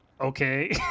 okay